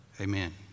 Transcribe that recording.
amen